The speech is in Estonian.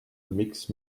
miks